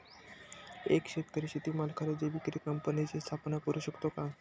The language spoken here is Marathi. एक शेतकरी शेतीमाल खरेदी विक्री कंपनीची स्थापना करु शकतो का?